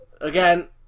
Again